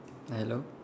hello